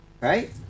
Right